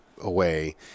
away